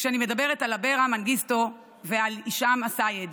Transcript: כשאני מדברת על אברה מנגיסטו ועל הישאם א-סייד.